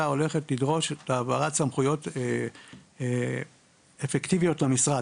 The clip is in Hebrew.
הולכת לדרוש העברת סמכויות אפקטיביות למשרד.